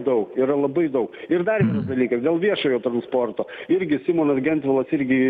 daug yra labai daug ir dar vienas dalykas dėl viešojo transporto irgi simonas gentvilas irgi